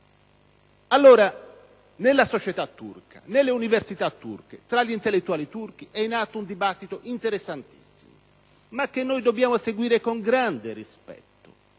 massacro. Nella società turca, nelle università turche, tra gli intellettuali turchi è in atto un dibattito interessantissimo, che dobbiamo seguire con grande rispetto,